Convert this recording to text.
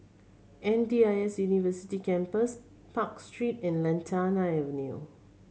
M D I S University Campus Park Street and Lantana Avenue